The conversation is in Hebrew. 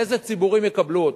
איזה ציבורים יקבלו אותה?